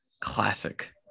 classic